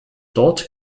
dort